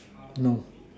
no